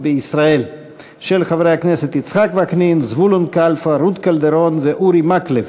חוק ומשפט להכנתה לקריאה שנייה ושלישית.